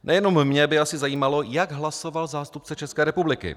Nejenom mě by asi zajímalo, jak hlasoval zástupce České republiky.